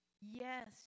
Yes